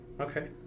Okay